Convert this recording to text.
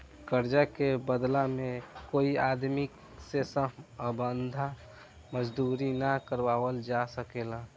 कर्जा के बदला में कोई आदमी से बंधुआ मजदूरी ना करावल जा सकेला